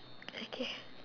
okay